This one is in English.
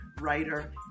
writer